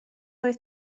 oedd